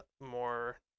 more